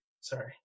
Sorry